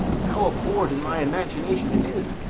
how abhorred in my imagination it is!